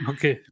Okay